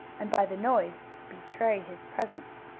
and by the noise betray his presence.